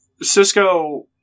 Cisco